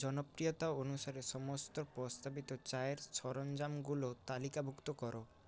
জনপ্রিয়তা অনুসারে সমস্ত প্রস্তাবিত চায়ের সরঞ্জামগুলো তালিকাভুক্ত করো